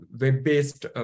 web-based